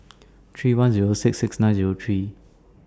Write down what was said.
three one Zero six six nine Zero three